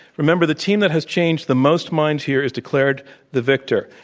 remember, the team that has changed the most minds here is declared the victor.